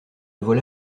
voilà